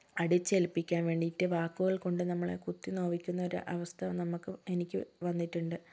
അടിച്ചേൽപ്പിക്കാൻ വേണ്ടിയിട്ട് വാക്കുകൾ കൊണ്ട് നമ്മളെ കുത്തി നോവിക്കുന്നൊരു അവസ്ഥ നമുക്ക് എനിക്ക് വന്നിട്ടുണ്ട്